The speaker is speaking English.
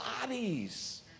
bodies